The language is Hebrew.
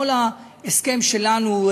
כל ההסכם שלנו,